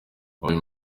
uyu